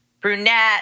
brunette